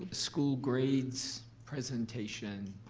school grades presentation.